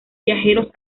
viajeros